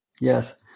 Yes